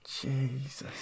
Jesus